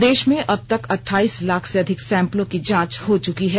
प्रदेश में अबतक अठाइस लाख से अधिक सैंपलों की जांच हो चुकी है